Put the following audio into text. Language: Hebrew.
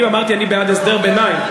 אני אמרתי, אני בעד הסדר ביניים.